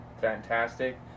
fantastic